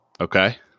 Okay